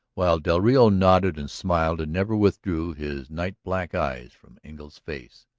while del rio nodded and smiled and never withdrew his night-black eyes from engle's face.